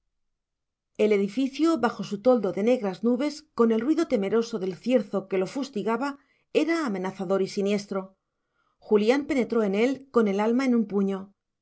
el edificio bajo su toldo de negras nubes con el ruido temeroso del cierzo que lo fustigaba era amenazador y siniestro julián penetró en él con el alma en un puño